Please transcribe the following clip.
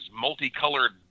multicolored